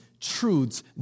truths